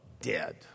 dead